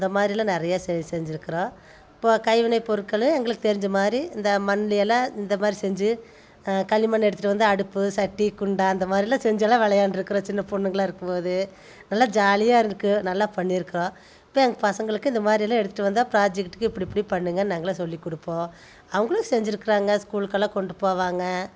இந்த மாதிரியெல்லாம் நிறைய செஞ்சுருக்குறோம் இப்போ கைவினை பொருட்கள் எங்களுக்கு தெரிஞ்ச மாதிரி இந்த மண்ணில் எல்லாம் இந்த மாதிரி செஞ்சு களிமண் எடுத்துகிட்டு வந்து அடுப்பு சட்டி குண்டா இந்த மாதிரியெல்லாம் செஞ்சு எல்லாம் விளையாண்டுருக்கிறோம் சின்ன பொண்ணுகளாக இருக்கும் போது நல்ல ஜாலியாக இருக்கும் நல்லா பண்ணிருக்கிறோம் இப்போ எங்கள் பசங்களுக்கு இந்த மாதிரி எல்லாம் எடுத்துகிட்டு வந்தால் ப்ராஜெக்டுக்கு இப்படி இப்படி பண்ணுங்கனு நாங்கெல்லாம் சொல்லி கொடுப்போம் அவங்களும் செஞ்சுருக்குறாங்க ஸ்கூலுக்கெல்லாம் கொண்டு போவாங்க